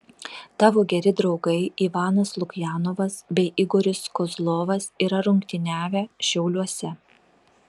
tavo geri draugai ivanas lukjanovas bei igoris kozlovas yra rungtyniavę šiauliuose